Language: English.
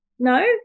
No